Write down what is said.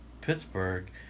Pittsburgh